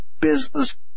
business